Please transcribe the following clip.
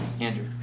Andrew